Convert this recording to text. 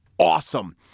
Awesome